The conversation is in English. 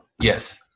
Yes